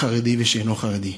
חרדי ושאינו חרדי.